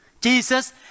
Jesus